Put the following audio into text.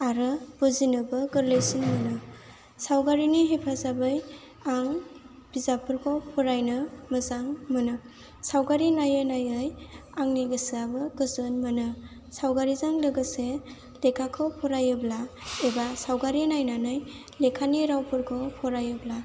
आरो बुजिनोबो गोरलैसिन मोनो सावगारिनि हेफाजाबै आं बिजाबफोरखौ फरायनो मोजां मोनो सावगारि नायै नायै आंनि गोसोआबो गोजोन मोनो सावगारिजों लोगोसे लेखाखौ फरायोब्ला एबा सावगारि नायनानै लेखानि रावफोरखौ फरायोब्ला